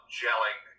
gelling